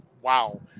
wow